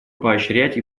поощрять